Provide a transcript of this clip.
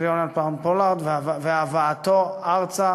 של יונתן פולארד והבאתו ארצה,